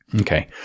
Okay